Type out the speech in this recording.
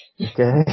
Okay